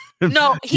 No